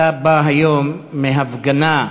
אתה בא היום מהפגנה.